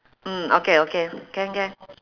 mm okay okay can can